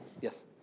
Yes